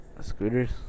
Scooters